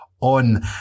on